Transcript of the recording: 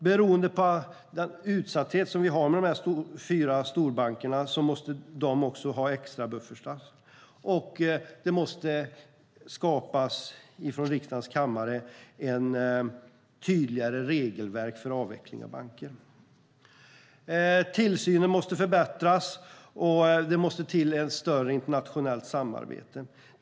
Beroende på den utsatthet vi har med de fyra storbankerna måste de också ha extrabuffertar, och det måste från riksdagens kammare skapas ett tydligare regelverk för avveckling av banker. Tillsynen måste förbättras, och det måste till ett större internationellt samarbete.